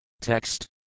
Text